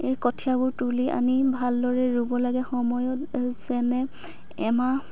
এই কঠিয়াবোৰ তুলি আনি ভালদৰে ৰুব লাগে সময়ত যেনে এমাহ